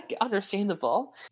understandable